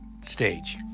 stage